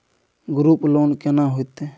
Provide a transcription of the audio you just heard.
Group loan केना होतै?